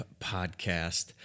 podcast